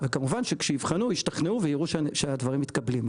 כמובן שכשיבחנו ישתכנעו ויראו שהדברים מתקבלים.